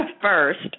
first